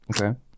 Okay